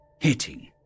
hitting